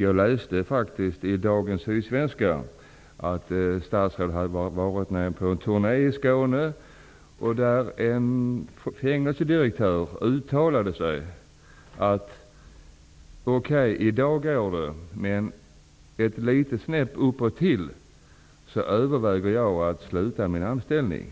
Jag läste i dagens Sydsvenska Dagbladet att justitieministern har varit på en turné i Skåne. En fängelsedirektör uttalade att i dag fungerar det men om överbeläggningen blir litet större överväger han att ställa sin plats till